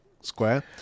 Square